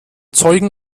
zeugen